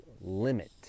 limit